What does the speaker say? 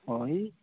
ହଇ